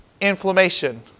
inflammation